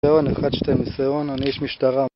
1211, אני איש משטרה